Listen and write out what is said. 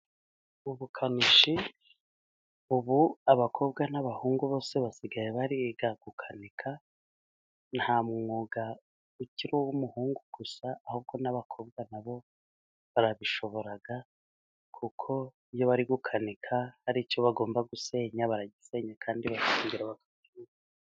Ubukanishi ubu abakobwa n'abahungu bose basigaye biga gukanika， nta mwuga ukiri uw'umuhungu gusa， ahubwo n'abakobwa nabo barabishobora， kuko iyo bari gukanika hari icyo bagomba gusenya， baragisenya kandi bakongera bakacyubaka.